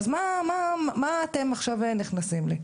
אז מה אתם עכשיו נכנסים לי?